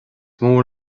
mór